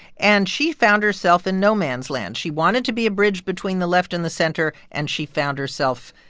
and she found herself in no man's land. she wanted to be a bridge between the left and the center, and she found herself,